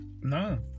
No